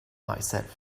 myself